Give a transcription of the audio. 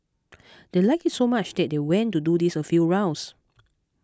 they liked it so much that they went to do this a few rounds